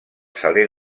saler